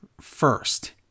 First